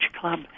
club